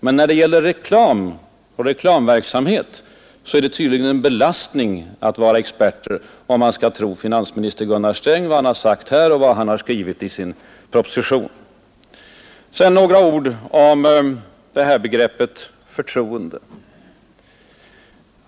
Men när det gäller reklamverksamhet är det tydligen en belastning att vara expert, om man skall tro vad finansminister Gunnar Sträng har sagt här i kammaren och skrivit i sin proposition. Sedan några ord om begreppet förtroende.